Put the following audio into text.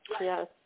Yes